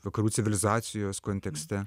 vakarų civilizacijos kontekste